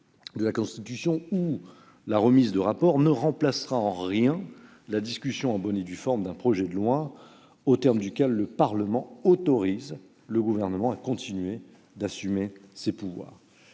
de la Constitution ou remise de rapports -ne sauraient nullement remplacer la discussion en bonne et due forme d'un projet de loi aux termes duquel le Parlement autorise le Gouvernement à continuer d'assumer ses pouvoirs.